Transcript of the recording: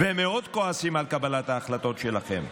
וכועסים מאוד על קבלת ההחלטות שלכם.